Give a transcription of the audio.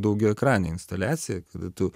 daugiaekranė instaliacija kada tu